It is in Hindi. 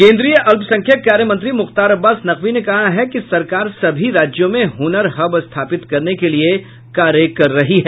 केंद्रीय अल्पसंख्यक कार्य मंत्री मुख्तार अब्बास नकवी ने कहा है कि सरकार सभी राज्यों में हुनर हब स्थापित करने के लिए कार्य कर रही है